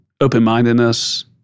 open-mindedness